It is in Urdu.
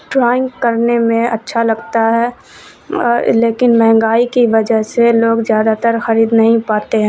ڈرائنگ کرنے میں اچھا لگتا ہے لیکن مہنگائی کی وجہ سے لوگ زیادہ تر خرید نہیں پاتے ہیں